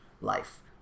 life